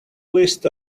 list